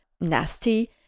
nasty